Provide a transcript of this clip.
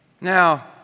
Now